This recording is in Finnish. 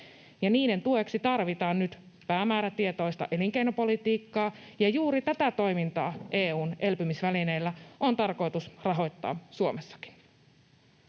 Niiden tueksi tarvitaan nyt päämäärätietoista elinkeinopolitiikkaa, ja juuri tätä toimintaa EU:n elpymisvälineellä on tarkoitus rahoittaa Suomessakin.